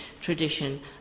tradition